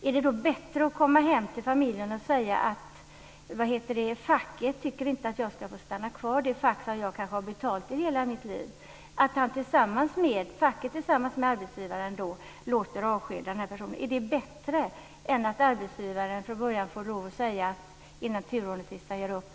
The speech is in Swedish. Är det bättre att komma hem till familjen och säga att det är facket som inte tycker att jag ska få stanna kvar, trots att jag har betalat fackavgift i många år? Är det bättre att facket tillsammans med arbetsgivaren låter avskeda en person än att man får skydda två stycken innan turordningslistan görs upp?